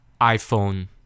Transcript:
iPhone